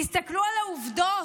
תסתכלו על העובדות.